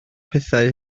pethau